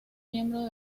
miembro